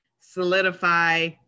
solidify